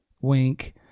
wink